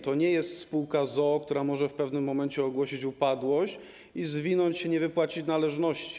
To nie jest spółka z o.o., która może w pewnym momencie ogłosić upadłość i się zwinąć, nie wypłacić należności.